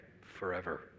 forever